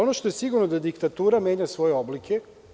Ono što je sigurno je da diktatura nema svoje oblike.